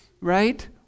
Right